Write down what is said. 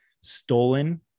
stolen